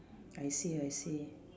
I see I see